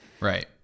Right